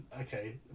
Okay